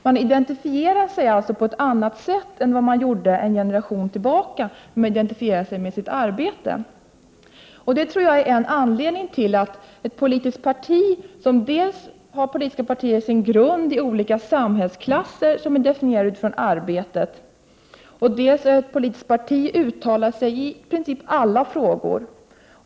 Ungdomar identifierar sig alltså i dag på ett annat sätt än de gjorde en generation tillbaka, då de identifierade sig med sitt arbete. En anledning till detta är att ett politiskt parti dels har sin grund i olika samhällsklasser, som är definierade utifrån arbetet, dels uttalar sig i princip i alla frågor.